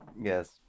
Yes